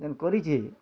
N କରିଛି